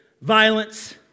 violence